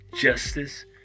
justice